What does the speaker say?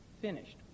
finished